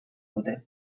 dute